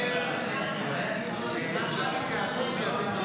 הסתייגות 101 לא נתקבלה.